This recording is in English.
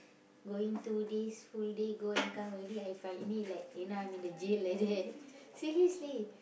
going two days full day go and come already I find it like you know I'm in the jail like that seriously